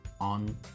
on